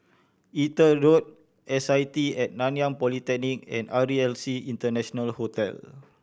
Exeter Road S I T At Nanyang Polytechnic and R E L C International Hotel